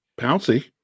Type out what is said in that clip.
Pouncy